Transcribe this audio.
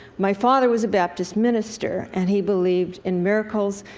my father was a baptist minister, and he believed in miracles,